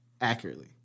accurately